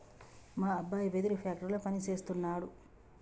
మా అబ్బాయి వెదురు ఫ్యాక్టరీలో పని సేస్తున్నాడు